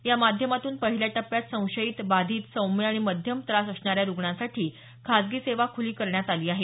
या माध्यमातून पहिल्या टप्यात संशयित बाधित सौम्य आणि मध्यम त्रास असणाऱ्या रुग्णांसाठी खासगी सेवा खुली करण्यात आली आहे